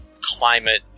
climate